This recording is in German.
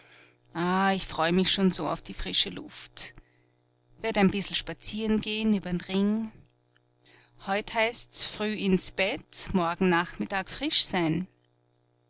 ah ich freu mich so auf die frische luft werd ein bißl spazieren geh'n übern ring heut heißt's früh ins bett morgen nachmittag frisch sein